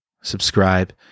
subscribe